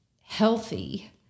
healthy